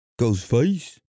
Ghostface